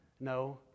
No